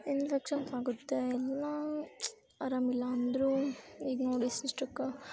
infections ಆಗುತ್ತೆ ಎಲ್ಲ ಅರಾಮಿಲ್ಲ ಅಂದರೂ ಈಗ ನೋಡಿ ಇಷ್ಟಿಷ್ಟಕ್ಕೆ